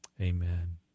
Amen